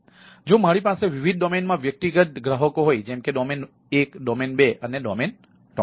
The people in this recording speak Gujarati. તેથી જો મારી પાસે વિવિધ ડોમેઇનમાં વ્યક્તિગત ગ્રાહકો હોય જેમ કે ડોમેઇન 1 ડોમેઇન 2 ડોમેઇન 3